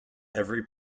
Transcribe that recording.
every